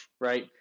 right